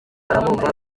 aramwumva